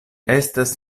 estas